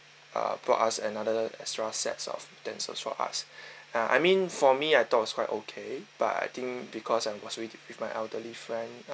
uh brought us another extra sets of utensils for us uh I mean for me I thought it was quite okay but I think because I was with with my elderly friend